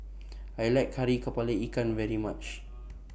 I like Kari Kepala Ikan very much